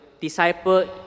disciple